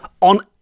on